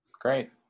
Great